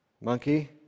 Monkey